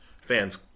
fans